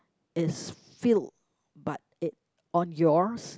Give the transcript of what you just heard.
is filled but it on yours